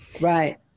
Right